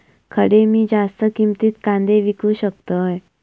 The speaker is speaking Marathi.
खडे मी जास्त किमतीत कांदे विकू शकतय?